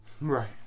Right